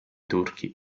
turchi